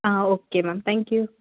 ah okay ma'am thank you